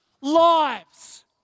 lives